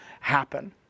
happen